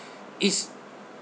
it's